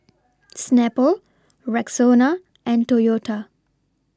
Snapple Rexona and Toyota